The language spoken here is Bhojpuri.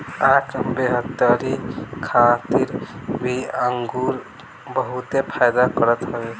आँख बेहतरी खातिर भी अंगूर बहुते फायदा करत हवे